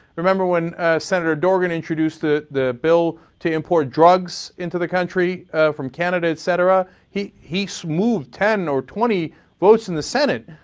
remember when senator dorgan introduced the the bill to import drugs into the country from canada, etc, he he so moved ten or twenty votes in the senate.